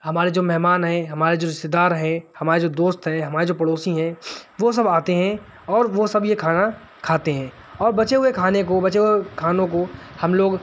ہمارے جو مہمان ہیں ہمارے جو رشتے دار ہیں ہمارے جو دوست ہمارے جو پڑوسی ہیں وہ سب آتے ہیں اور وہ سب یہ کھانا کھاتے ہیں اور بچے ہوئے کھانے کو بچے ہوئے کھانوں کو ہم لوگ